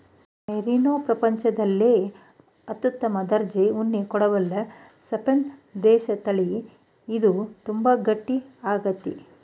merino ಪ್ರಪಂಚದಲ್ಲೆಲ್ಲ ಅತ್ಯುತ್ತಮ ದರ್ಜೆ ಉಣ್ಣೆ ಕೊಡಬಲ್ಲ ಸ್ಪೇನ್ ದೇಶದತಳಿ ಇದು ತುಂಬಾ ಗಟ್ಟಿ ಆಗೈತೆ